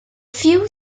few